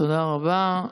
תודה רבה.